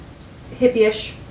hippie-ish